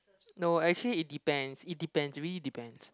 no actually it depends it depends it really depends